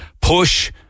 push